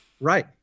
Right